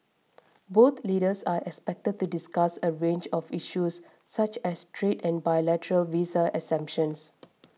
both leaders are expected to discuss a range of issues such as trade and bilateral visa exemptions